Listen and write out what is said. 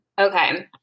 Okay